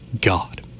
God